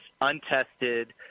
untested